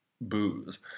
booze